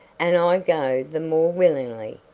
and i go the more willingly,